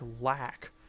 lack